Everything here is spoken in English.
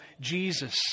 Jesus